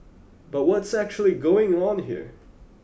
but what's actually going on here